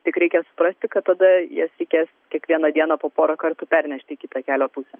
tik reikia suprasti kad tada jas reikės kiekvieną dieną po porą kartų pernešti į kitą kelio pusę